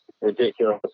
ridiculous